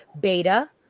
Beta